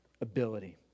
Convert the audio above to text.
ability